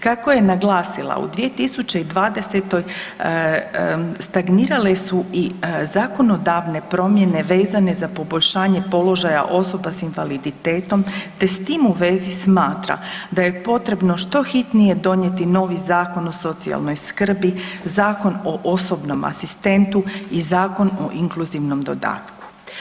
Kako je naglasila u 2020. stagnirale su i zakonodavne promjene vezane za poboljšanje položaja osoba s invaliditetom te s tim u vezi smatra da je potrebno što hitnije donijeti novi Zakon o socijalnoj skrbi, Zakon o osobnom asistentu i Zakon o inkluzivnom dodatku.